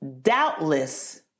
doubtless